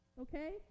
Okay